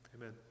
Amen